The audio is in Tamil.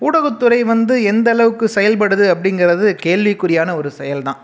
ஊடகத்துறை வந்து எந்தளவுக்கு செயல்படுது அப்படிங்குறது கேள்விக்குறியான ஒரு செயல் தான்